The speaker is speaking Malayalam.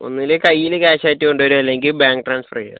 ഒന്നൂല്ലേ കൈയ്യിൽ ക്യാഷായിട്ട് കൊണ്ടുവരിക അല്ലെങ്കിൽ ബാങ്ക് ട്രാൻസ്ഫറ് ചെയ്യുക